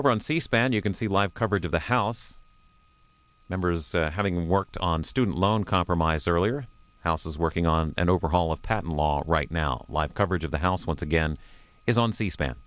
span you can see live coverage of the house members having worked on student loan compromise earlier houses working on an overhaul of patent law right now live coverage of the house once again is on c